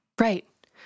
Right